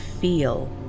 feel